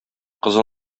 кызын